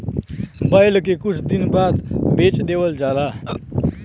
बैल के कुछ दिन बाद बेच देवल जाला